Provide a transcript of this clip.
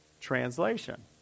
Translation